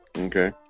Okay